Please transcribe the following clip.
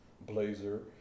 Blazer